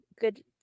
good